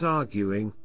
arguing